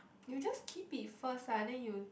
you just keep it first ah then you